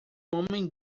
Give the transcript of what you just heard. homem